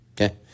Okay